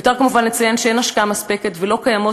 מיותר כמובן לציין שאין השקעה מספקת ולא קיימות